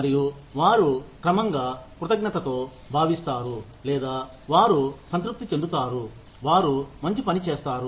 మరియు వారు క్రమంగా కృతజ్ఞతతో భావిస్తారు లేదా వారు సంతృప్తి చెందుతారు వారు మంచి పని చేస్తారు